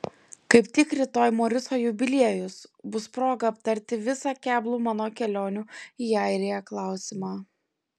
kaip tik rytoj moriso jubiliejus bus proga aptarti visada keblų mano kelionių į airiją klausimą